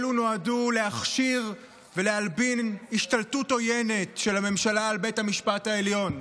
אלו נועדו להכשיר ולהלבין השתלטות עוינת של הממשלה על בית המשפט העליון.